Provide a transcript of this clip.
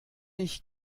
ich